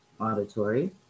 auditory